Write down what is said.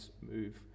move